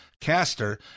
Caster